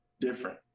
different